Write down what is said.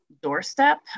doorstep